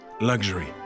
Luxury